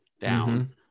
down